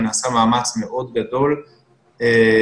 ונעשה מאמץ מאוד גדול של